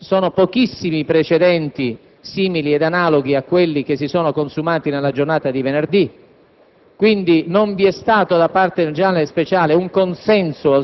tra l'altro, nella storia della nostra Repubblica sono pochissimi i precedenti simili ed analoghi a quelli che si sono consumati nella giornata di venerdì.